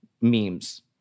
memes